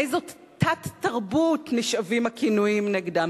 מאיזו תת-תרבות נשאבים הכינויים נגדה.